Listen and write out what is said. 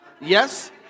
yes